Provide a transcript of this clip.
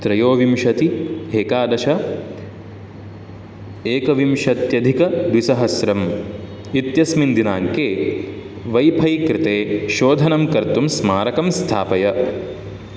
त्रयोविंशतिः एकादश एकविंशत्यधिक द्विसहस्रम् इत्यस्मिन् दिनाङ्के वैफै कृते शोधनं कर्तुं स्मारकं स्थापय